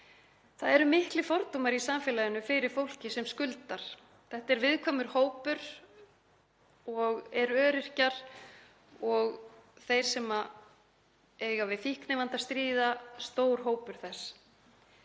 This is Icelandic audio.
Það eru miklir fordómar í samfélaginu fyrir fólki sem skuldar. Þetta er viðkvæmur hópur og eru öryrkjar og þeir sem eiga við fíknivanda að stríða stór hluti hans.